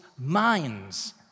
minds